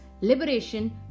liberation